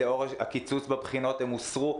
לאור הקיצוץ בבחינות הם הוסרו.